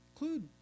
include